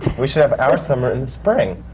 we should have our summer in spring!